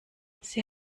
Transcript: sie